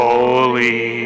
Holy